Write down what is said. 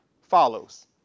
follows